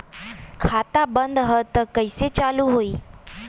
खाता बंद ह तब कईसे चालू होई?